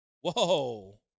Whoa